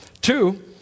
Two